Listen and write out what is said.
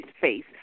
face